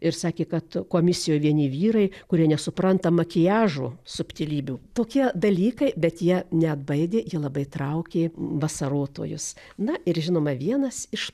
ir sakė kad komisijoj vieni vyrai kurie nesupranta makiažo subtilybių tokie dalykai bet jie neatbaidė jie labai traukė vasarotojus na ir žinoma vienas iš